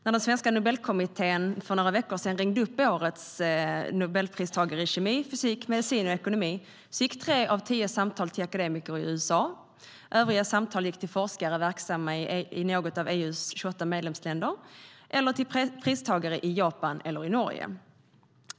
När den svenska Nobelkommittén för några veckor sedan ringde upp årets Nobelpristagare i kemi, fysik, medicin och ekonomi gick tre av tio samtal till akademiker i USA. Övriga samtal gick till forskare verksamma i något av EU:s 28 medlemsländer och till pristagare i Japan och i Norge.